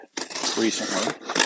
recently